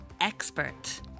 expert